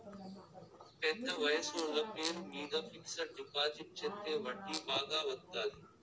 పెద్ద వయసోళ్ల పేరు మీద ఫిక్సడ్ డిపాజిట్ చెత్తే వడ్డీ బాగా వత్తాది